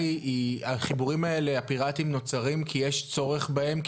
החיבורים האלה הפיראטים נוצרים כי יש צורך בהם,